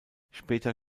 später